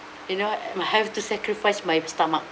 you know it have to sacrifice my stomach